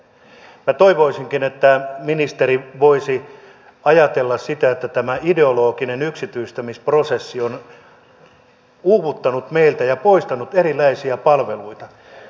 minä toivoisinkin että ministeri voisi ajatella sitä että tämä ideologinen yksityistämisprosessi on uuvuttanut meitä ja poistanut erinäisiä palveluita